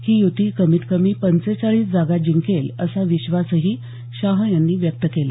ही युती कमीत कमी पंचेचाळीस जागा जिंकेल असा विश्वासही शाह यांनी व्यक्त केला